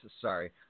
sorry